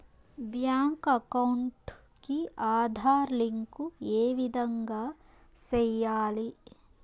Bank account కి Aadhaar link ఏ విధంగా సెయ్యాలి?